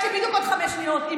יש לי בדיוק עוד חמש שניות.